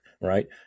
right